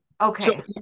Okay